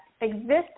exist